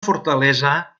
fortalesa